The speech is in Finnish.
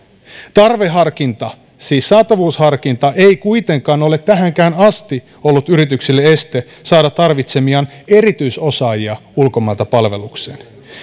tarveharkinta siis saatavuusharkinta ei kuitenkaan ole tähänkään asti ollut yritykselle este saada tarvitsemiaan erityisosaajia ulkomailta palvelukseen